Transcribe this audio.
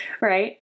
right